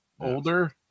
older